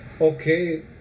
okay